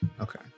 Okay